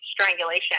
strangulation